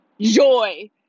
joy